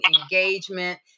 engagement